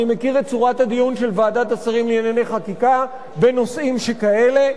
אני מכיר את צורת הדיון של ועדת השרים לענייני חקיקה בנושאים שכאלה,